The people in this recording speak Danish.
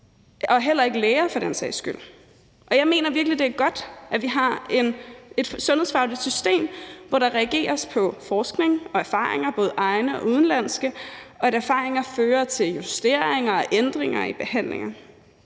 og heller ikke læger, for den sags skyld. Jeg mener virkelig, det er godt, at vi har et sundhedsfagligt system hvor der reageres på forskning og erfaringer, både egne og udenlandske, og at erfaringer fører til justeringer og ændringer i behandlinger.